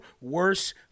worse